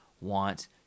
want